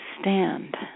stand